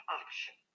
option